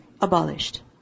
abolished